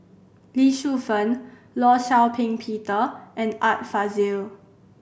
Lee Shu Fen Law Shau Ping Peter and Art Fazil